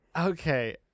Okay